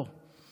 לא.